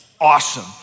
Awesome